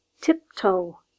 tiptoe